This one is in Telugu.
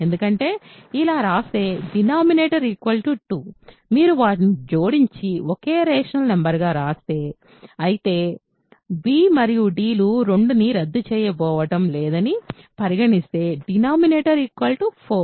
ఎందుకంటే ఇలా రాస్తే డినామినేటర్ 2 మీరు వాటిని జోడించి ఒకే రేషనల్ నంబర్ గా వ్రాస్తే అయితే b మరియు d లు 2ని రద్దు చేయబోవడం లేదు అని పరిగణిస్తే డినామినేటర్ 4